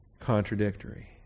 contradictory